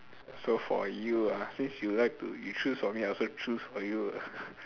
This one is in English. so for you ah since you like to you choose for me I also choose for you ah